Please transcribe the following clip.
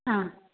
ആ